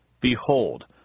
behold